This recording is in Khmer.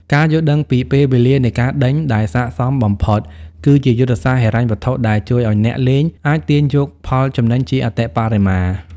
ការយល់ដឹងពី "ពេលវេលានៃការដេញ" ដែលស័ក្តិសមបំផុត គឺជាយុទ្ធសាស្ត្រហិរញ្ញវត្ថុដែលជួយឱ្យអ្នកលេងអាចទាញយកផលចំណេញជាអតិបរមា។